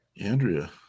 Andrea